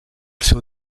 seu